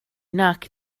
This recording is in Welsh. nac